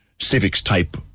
civics-type